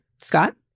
Scott